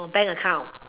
your bank account